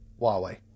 Huawei